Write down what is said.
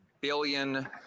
billion